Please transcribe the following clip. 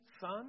Son